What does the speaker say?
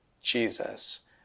Jesus